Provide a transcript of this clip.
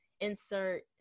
insert